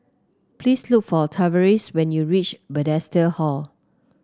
please look for Tavares when you reach Bethesda Hall